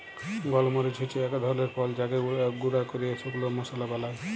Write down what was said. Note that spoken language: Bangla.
গল মরিচ হচ্যে এক ধরলের ফল যাকে গুঁরা ক্যরে শুকল মশলা বালায়